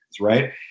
right